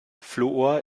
fluor